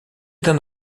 d’un